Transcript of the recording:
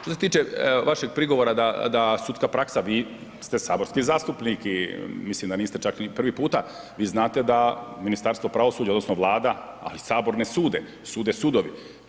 Što se tiče vašeg prigovora da sudska praksa, vi ste saborski zastupnik i mislim da niste čak ni prvi puta, vi znate da Ministarstvo pravosuđa odnosno Vlada a i Sabor ne sude, sude sudovi.